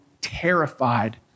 terrified